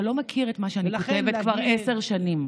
אתה לא מכיר את מה שאני כותבת כבר עשר שנים.